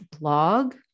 blog